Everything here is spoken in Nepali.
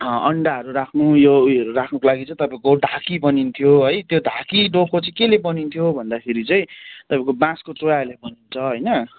अन्डाहरू राख्नु यो ऊ योहरू राख्नुको लागि चाहिँ तपाईँको ढाकी बनिन्थ्यो है त्यो ढाकी डोको चाहिँ केले बनिन्थ्यो भन्दाखेरि चाहिँ तपाईँको बाँसको चोयाले बनिन्छ होइन